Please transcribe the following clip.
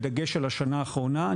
בדגש על השנה האחרונה,